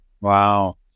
Wow